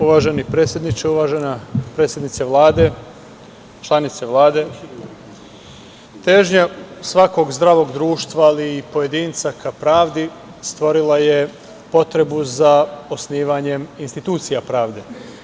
Uvaženi predsedniče, uvažena predsednice Vlade, članice Vlade, težnja svakog zdravog društva ali i pojedinca ka pravdi stvorila je potrebu za osnivanjem institucija pravde.